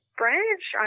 branch